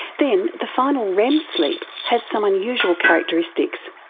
then, the final rem sleep has some unusual characteristics.